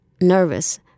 nervous